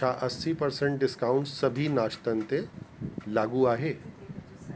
छा असी percent discount सभी नाश्तनि ते लाॻू आहे